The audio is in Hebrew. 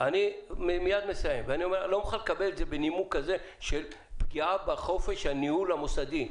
אני לא מוכן לקבל את זה בנימוק של פגיעה בחופש הניהול המוסדי.